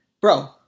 Bro